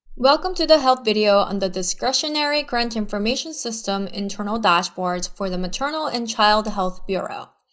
welcome to the help video on the discretionary grant information system internal dashboards for the maternal and child health bureau.